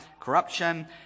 corruption